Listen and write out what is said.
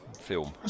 film